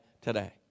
today